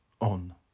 On